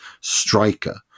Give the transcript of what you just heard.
striker